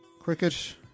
cricket